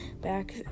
back